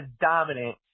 dominant